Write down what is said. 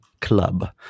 club